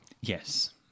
Yes